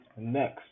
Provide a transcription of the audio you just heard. Next